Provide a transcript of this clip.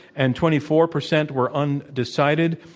and twenty four percent were undecided.